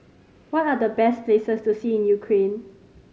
what are the best places to see in Ukraine